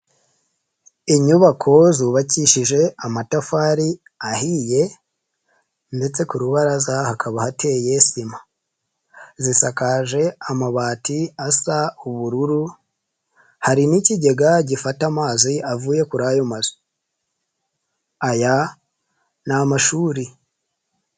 Inyubako zubakishije amatafari ahiye ndetse ku rubaraza hakaba hateye sima zisakaje amabati asa ubururu hari n'ikigega gifata amazi avuye kuriyo, aya ni amashuri.